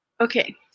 Okay